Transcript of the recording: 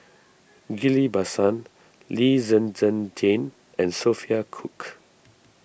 Ghillie Basan Lee Zhen Zhen Jane and Sophia Cooke